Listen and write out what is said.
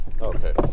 Okay